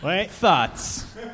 Thoughts